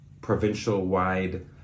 provincial-wide